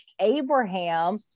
Abraham